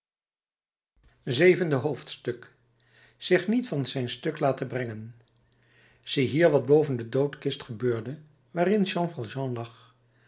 zevende hoofdstuk zich niet van zijn stuk laten brengen zie hier wat boven de doodkist gebeurde waarin